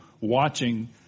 watching